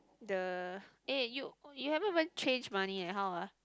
the eh you you haven't even change money eh how ah